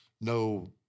no